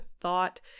thought